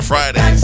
Friday